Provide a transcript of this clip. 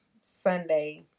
Sunday